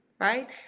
right